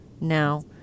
now